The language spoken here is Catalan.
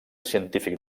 científic